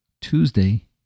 Tuesday